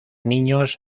niños